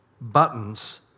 buttons